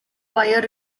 wire